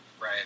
Right